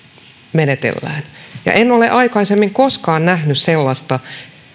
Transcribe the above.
menetellään ja en ole aikaisemmin koskaan nähnyt sellaista